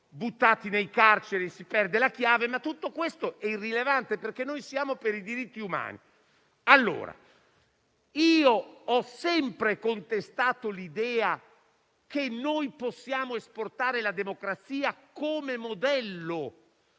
buttati in carcere e si perde la chiave, ma tutto questo è irrilevante, perché siamo per i diritti umani. Ho sempre contestato l'idea che possiamo esportare la democrazia come modello: